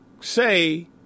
say